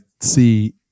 see